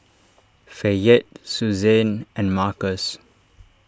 Fayette Susann and Markus